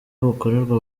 bukorerwa